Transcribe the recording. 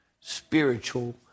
spiritual